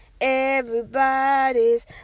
Everybody's